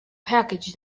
package